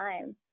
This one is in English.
time